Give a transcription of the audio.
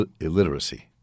illiteracy